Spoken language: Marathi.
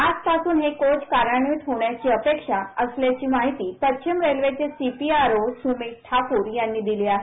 आजपासून हे कोच कार्यान्वित होणायची अपेक्षा असल्याची माहिती पश्चिम रेल्वेचे सीपीआरओ सुमित ठाकुर यांनी दिली आहे